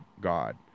God